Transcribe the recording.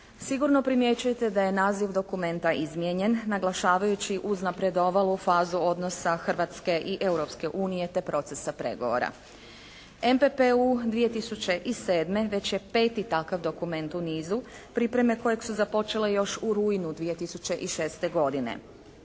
Sigurno primjećujete da je naziv dokumenta izmijenjen naglašavajući uznapredovalu fazu odnosa Hrvatske i Europske unije te procesa pregovora. MPPU 2007. već je peti takav dokument u nizu pripreme kojeg su započele još u rujnu 2006. godine.